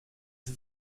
sie